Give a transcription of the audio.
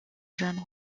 jeune